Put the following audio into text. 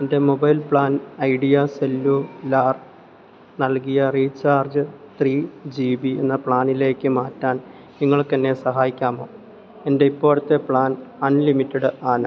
എൻ്റെ mobile plan Idea cellular നൽകിയ recharge three G B എന്ന പ്ലാനിലേക്ക് മാറ്റാൻ നിങ്ങൾക്ക് എന്നെ സഹായിക്കാമോ എൻ്റെ ഇപ്പോഴത്തെ പ്ലാൻ അൺലിമിറ്റഡ് ആണ്